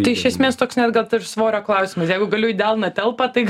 tai iš esmės toks net kad ir svorio klausimas jeigu galiu į delną telpa tai